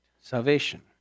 salvation